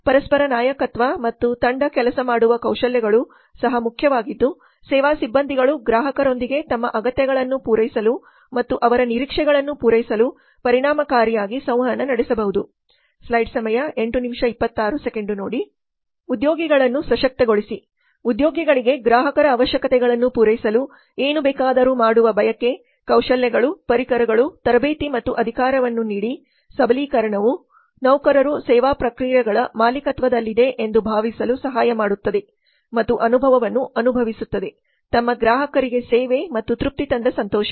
ಪರಸ್ಪರ ನಾಯಕತ್ವ ಮತ್ತು ತಂಡ ಕೆಲಸ ಮಾಡುವ ಕೌಶಲ್ಯಗಳು ಸಹ ಮುಖ್ಯವಾಗಿದ್ದು ಸೇವಾ ಸಿಬ್ಬಂದಿಗಳು ಗ್ರಾಹಕರೊಂದಿಗೆ ತಮ್ಮ ಅಗತ್ಯಗಳನ್ನು ಪೂರೈಸಲು ಮತ್ತು ಅವರ ನಿರೀಕ್ಷೆಗಳನ್ನು ಪೂರೈಸಲು ಪರಿಣಾಮಕಾರಿಯಾಗಿ ಸಂವಹನ ನಡೆಸಬಹುದು ಉದ್ಯೋಗಿಗಳನ್ನು ಸಶಕ್ತಗೊಳಿಸಿ ಉದ್ಯೋಗಿಗಳಿಗೆ ಗ್ರಾಹಕರ ಅವಶ್ಯಕತೆಗಳನ್ನು ಪೂರೈಸಲು ಏನು ಬೇಕಾದರೂ ಮಾಡುವ ಬಯಕೆ ಕೌಶಲ್ಯಗಳು ಪರಿಕರಗಳು ತರಬೇತಿ ಮತ್ತು ಅಧಿಕಾರವನ್ನು ನೀಡಿ ಸಬಲೀಕರಣವು ನೌಕರರು ಸೇವಾ ಪ್ರಕ್ರಿಯೆಗಳ ಮಾಲೀಕತ್ವದಲ್ಲಿದೆ ಎಂದು ಭಾವಿಸಲು ಸಹಾಯ ಮಾಡುತ್ತದೆ ಮತ್ತು ಅನುಭವವನ್ನು ಅನುಭವಿಸುತ್ತದೆ ತಮ್ಮ ಗ್ರಾಹಕರಿಗೆ ಸೇವೆ ಮತ್ತು ತೃಪ್ತಿ ತಂದ ಸಂತೋಷ